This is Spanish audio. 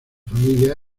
familia